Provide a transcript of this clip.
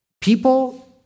People